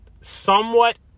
somewhat